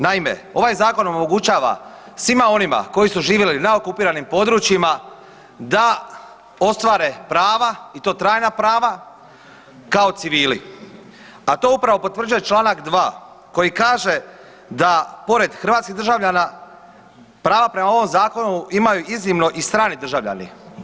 Naime ovaj Zakon omogućava svima onima koji su živjeli na okupiranim područjima da ostvare prava i to trajna prava kao civili, a to upravo potvrđuje članak 2. koji kaže da pored hrvatskih državljana prava prema ovom zakonu imaju iznimno i strani državljani.